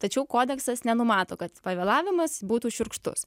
tačiau kodeksas nenumato kad pavėlavimas būtų šiurkštus